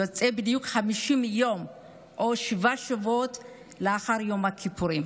יוצא בדיוק 50 יום או שבעה שבועות לאחר יום הכיפורים.